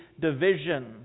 division